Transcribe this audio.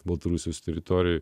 baltarusijos teritorijoje